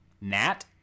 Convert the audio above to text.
Nat